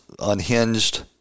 unhinged